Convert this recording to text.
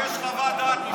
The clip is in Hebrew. אני מבקש חוות דעת משפטית.